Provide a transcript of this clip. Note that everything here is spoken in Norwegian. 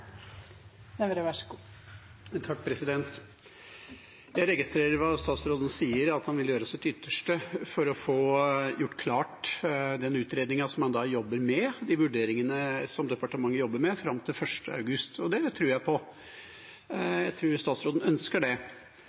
registrerer at statsråden sier han vil gjøre sitt ytterste for å få klar den utredningen man jobber med, de vurderingene departementet jobber med, til 1. august. Det tror jeg på. Jeg tror statsråden ønsker det.